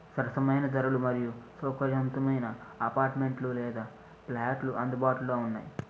సరసమైన ధరలు మరియు సౌకర్యవంతమైన అపార్ట్మెంట్లు లేదా ఫ్లాట్లు అందుబాటులో ఉన్నాయి